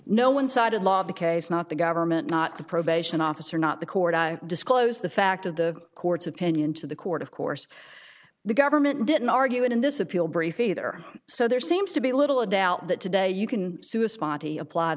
no one sided law of the case not the government not the probation officer not the court i disclosed the fact of the court's opinion to the court of course the government didn't argue it in this appeal brief either so there seems to be little doubt that today you can sue a spotty appl